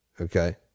okay